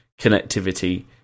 connectivity